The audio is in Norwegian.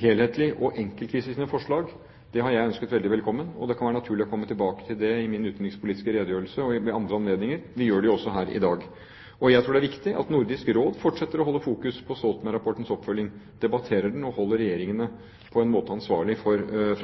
helhetlig og enkeltvis om sine forslag, det har jeg ønsket veldig velkommen, og det kan være naturlig å komme tilbake til det i min utenrikspolitiske redegjørelse og ved andre anledninger – vi gjør det jo også her i dag. Og jeg tror det er viktig at Nordisk Råd fortsetter å holde fokus på Stoltenberg-rapportens oppfølging, debatterer den og på en måte holder regjeringene ansvarlig for